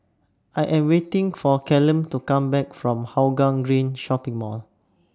I Am waiting For Callum to Come Back from Hougang Green Shopping Mall